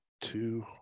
two